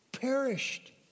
perished